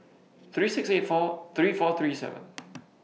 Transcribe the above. three six eight four three four three seven